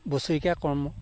বছৰেকীয়া কৰ্ম